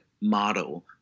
model